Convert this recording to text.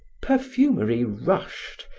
perfumery rushed,